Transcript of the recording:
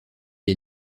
est